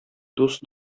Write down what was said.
дус